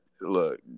look